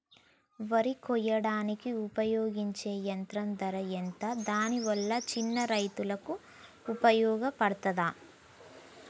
వరి కొయ్యడానికి ఉపయోగించే యంత్రం ధర ఎంత దాని వల్ల చిన్న రైతులకు ఉపయోగపడుతదా?